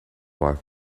worth